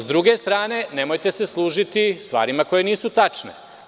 S druge strane, nemojte se služiti stvarima koje nisu tačne.